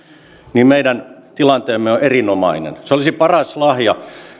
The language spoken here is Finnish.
niin meidän tilanteemme on erinomainen se olisi paras lahja